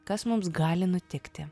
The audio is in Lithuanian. kas mums gali nutikti